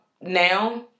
now